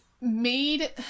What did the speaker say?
made